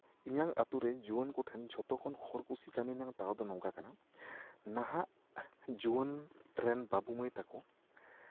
ᱤᱧᱟᱹᱜ ᱟᱛᱳᱨᱮ ᱡᱩᱣᱟᱹᱱ ᱠᱚᱴᱷᱮᱱ ᱡᱷᱚᱛᱚᱠᱷᱚᱱ ᱦᱚᱲ ᱠᱩᱥᱤ ᱠᱟᱹᱢᱤ ᱨᱮᱱᱟᱝ ᱫᱟᱣ ᱫᱚ ᱱᱚᱝᱠᱟ ᱠᱟᱱᱟ ᱱᱟᱦᱟᱜ ᱡᱩᱣᱟᱹᱱ ᱨᱮᱱ ᱵᱟᱹᱵᱩ ᱢᱟᱹᱭ ᱛᱟᱠᱚ